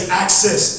access